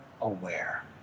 aware